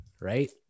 Right